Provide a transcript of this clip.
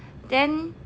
then